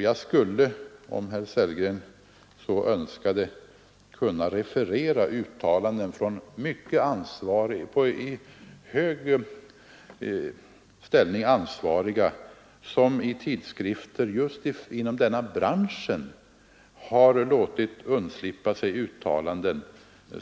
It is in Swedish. Jag skulle, om herr Sellgren så önskade, kunna återge uttalanden som ansvariga personer i hög ställning har låtit undslippa sig i tidskrifter inom denna bransch och